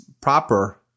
proper